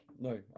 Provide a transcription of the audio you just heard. no